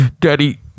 Daddy